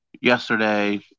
yesterday